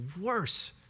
worse